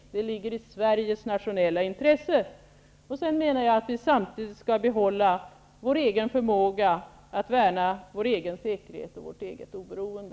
Det ligger i Sveriges nationella intresse. Samtidigt skall vi, menar jag, behålla vår egen förmåga att värna vår egen säkerhet och vårt eget oberoende.